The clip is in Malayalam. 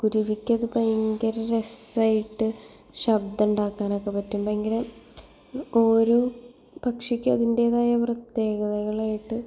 കുരുവിക്ക് അത് ഭയങ്കരം രസമായിട്ട് ശബ്ദമുണ്ടാക്കാൻ ഒക്കെ പറ്റും ഭയങ്കരം ഓരോ പക്ഷിക്കും അതിൻ്റേതായ പ്രത്യേകതകളായിട്ട്